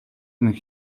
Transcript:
нэг